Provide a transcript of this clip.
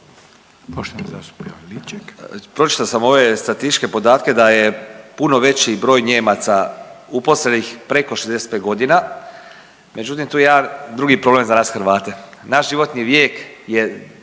suverenisti)** Pročitao sam ove statističke podatke da je puno veći broj Nijemaca uposlenih preko 65 godina, međutim tu je jedan drugi problem za naš Hrvate. Naš životni vijek je